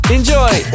Enjoy